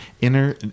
Inner